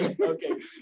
Okay